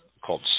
called